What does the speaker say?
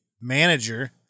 manager